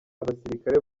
abasirikare